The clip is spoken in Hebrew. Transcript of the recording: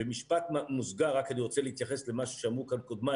במאמר מוסגר אני רוצה רק להתייחס למשהו שאמרו כאן קודמיי,